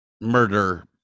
Murder